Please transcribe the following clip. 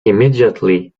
immediately